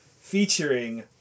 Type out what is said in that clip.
featuring